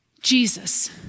Jesus